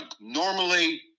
Normally